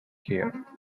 here